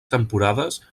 temporades